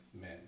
men